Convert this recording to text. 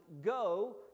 go